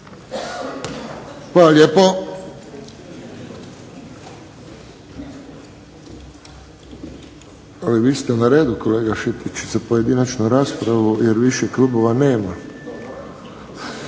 Hvala lijepo. Vi ste na redu kolega Šetić za pojedinačnu raspravu jer više klubova nema.